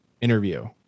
interview